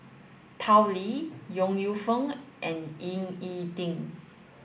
Tao Li Yong Lew Foong and Ying E Ding